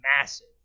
massive